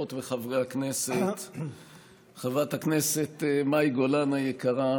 הכנסת, חברת הכנסת מאי גולן היקרה,